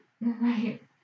Right